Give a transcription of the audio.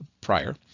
prior